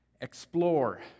explore